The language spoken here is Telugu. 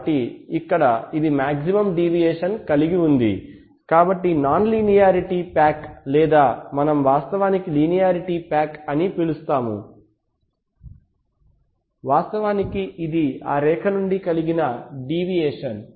కాబట్టి ఇక్కడ ఇది మాక్సిమం డీవియేషన్ కలిగి ఉందికాబట్టి నాన్ లీనియారిటీ ప్యాక్ లేదా మనం వాస్తవానికి లీనియారిటీ ప్యాక్ అని పిలుస్తాము వాస్తవానికి ఇది ఆ రేఖ నుండి కలిగిన డీవియేషన్